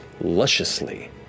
lusciously